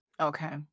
Okay